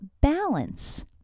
balance